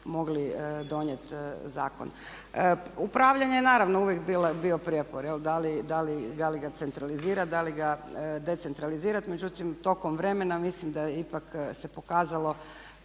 mogli donijeti zakon. Upravljanje je naravno uvijek bio prijepor. Da li ga centralizirati, da li ga decentralizirati. Međutim, tokom vremena mislim da je ipak se pokazalo